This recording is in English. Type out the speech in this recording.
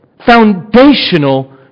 foundational